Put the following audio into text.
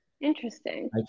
Interesting